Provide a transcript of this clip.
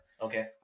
Okay